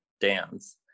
dance